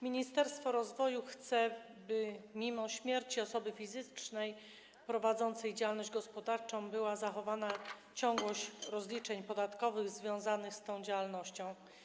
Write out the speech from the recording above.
Ministerstwo rozwoju chce, by mimo śmierci osoby fizycznej prowadzącej działalność gospodarczą była zachowana ciągłość rozliczeń podatkowych związanych z tą działalnością.